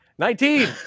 Nineteen